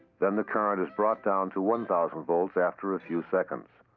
then the current is brought down to one thousand volts after a few seconds.